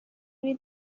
روی